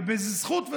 ובזכות,